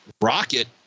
Rocket